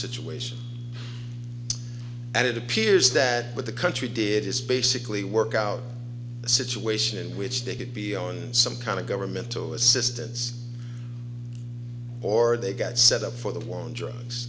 situation and it appears that with the country did this basically work out a situation in which they could be on some kind of governmental assistance or they got set up for the war on drugs